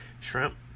shrimp